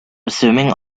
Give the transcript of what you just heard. assuming